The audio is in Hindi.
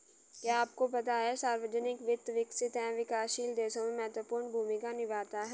क्या आपको पता है सार्वजनिक वित्त, विकसित एवं विकासशील देशों में महत्वपूर्ण भूमिका निभाता है?